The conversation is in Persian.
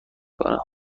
کنم